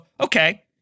okay